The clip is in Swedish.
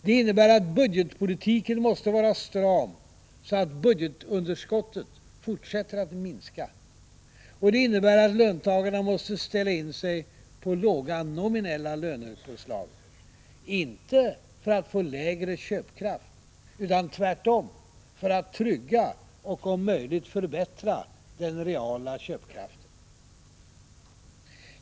Det innebär att budgetpolitiken måste vara stram, så att budgetunderskottet fortsätter att minska. Och det innebär att löntagarna måste ställa in sig på låga nominella lönepåslag — inte för att få lägre köpkraft, utan tvärtom för att trygga och om möjligt förbättra den reala köpkraften.